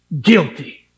guilty